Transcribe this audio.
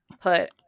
put